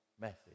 message